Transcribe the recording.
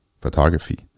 photography